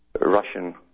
Russian